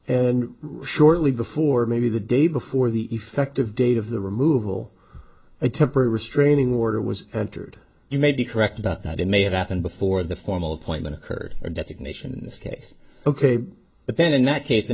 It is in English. and shortly before maybe the day before the effective date of the removal a temporary restraining order was entered you may be correct about that it may have happened before the formal appointment of her or designation this case ok but then in that case